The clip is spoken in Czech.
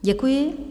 Děkuji.